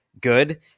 good